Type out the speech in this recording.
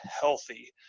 healthy